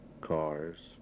cars